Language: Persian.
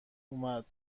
اومد